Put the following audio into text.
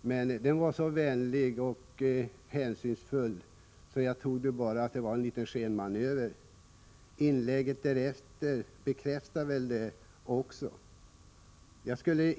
men den var så vänlig och hänsynsfull att jag trodde att det bara var fråga om en liten skenmanöver. Inlägget därefter bekräftade också detta.